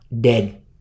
dead